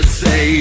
say